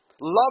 Love